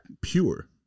pure